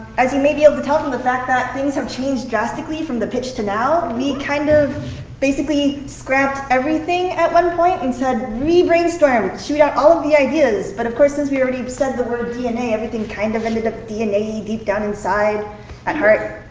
as you may be able to tell from the fact that things have changed drastically from the pitch to now, we kind of basically scrapped everything at one point and said, re-brainstorm. shoot out all of the ideas. but of course, since we already said the word dna, everything kind of ended up dna deep down inside at heart,